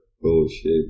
bullshit